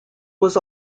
was